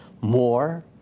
more